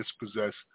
dispossessed